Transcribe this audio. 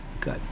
good